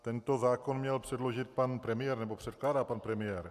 Tento zákon měl předložit pan premiér, nebo předkládá pan premiér.